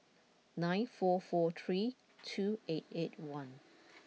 nine four four three two eight eight one